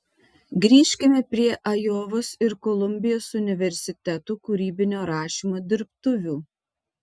grįžkime prie ajovos ir kolumbijos universitetų kūrybinio rašymo dirbtuvių